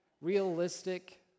realistic